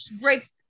Great